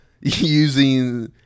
using